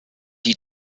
die